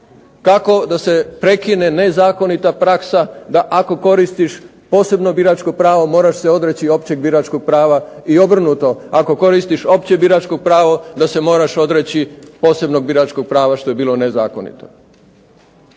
Kako da se prekine nezakonita praksa da ako koristiš posebno biračko pravo moraš se odreći i općeg biračkog prava i obrnuto. Ako koristiš opće biračko pravo da se moraš odreći posebnog biračkog prava što je bilo nezakonito.